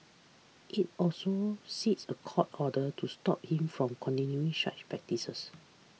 it also seeks a court order to stop him from continuing in such practices